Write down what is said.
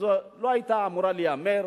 לא היתה אמורה להיאמר.